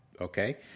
Okay